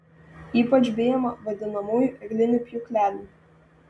ypač bijoma vadinamųjų eglinių pjūklelių